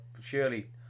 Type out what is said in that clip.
Surely